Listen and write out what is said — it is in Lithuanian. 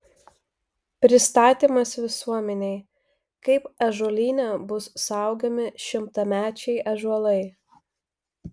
pristatymas visuomenei kaip ąžuolyne bus saugomi šimtamečiai ąžuolai